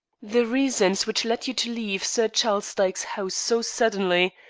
the reasons which led you to leave sir charles dyke's house so suddenly,